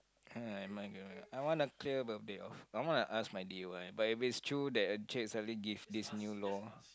(huh) I wanna clear the day off I wanna ask my d_y but if it's true the encik suddenly give this new law